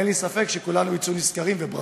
אין לי ספק שכולנו נצא נשכרים, וברכות.